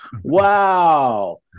Wow